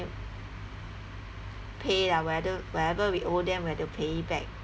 pay lah whether wherever we owe them we have to pay it back